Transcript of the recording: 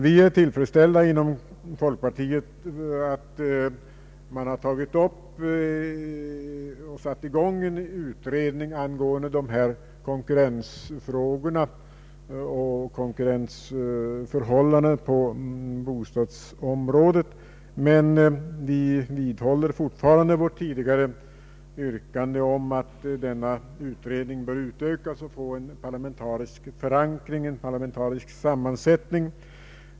Vi är inom folkpartiet tillfredsställda över att en utredning har satts i gång angående konkurrensfrågorna på bostadsområdet, men vi vidhåller vårt tidigare yrkande om att denna utredning bör utökas och få en parlamentarisk förankring, en parlamentarisk sammansättning.